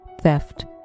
theft